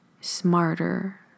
smarter